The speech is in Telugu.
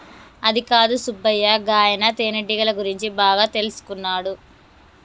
అదికాదు సుబ్బయ్య గాయన తేనెటీగల గురించి బాగా తెల్సుకున్నాడు